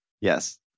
Yes